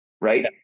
right